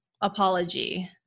apology